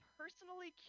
personally